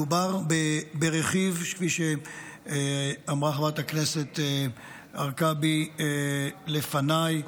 מדובר ברכיב, כפי שאמרה חברת הכנסת הרכבי לפניי,